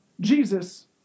Jesus